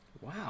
Wow